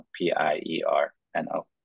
P-I-E-R-N-O